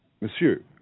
Monsieur